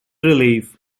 relief